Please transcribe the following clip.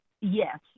yes